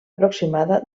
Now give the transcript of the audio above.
aproximada